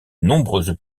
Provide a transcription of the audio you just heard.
nombreuses